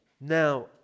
now